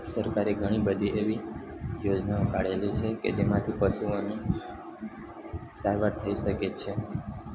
સરકારે ઘણીબધી એવી યોજનાઓ કાઢેલી છે કે જેમાંથી પશુઓની સારવાર થઈ શકે છે